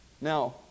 Now